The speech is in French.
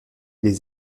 les